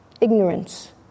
Ignorance